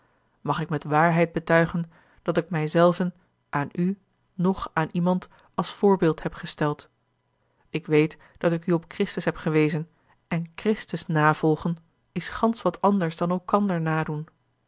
mag ik met waarheid betuigen dat ik mij zelven aan u noch aan iemand als voorbeeld heb gesteld ik weet dat ik u op christus heb gewezen en christus navolgen is gansch wat anders dan elkander nadoen